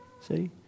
See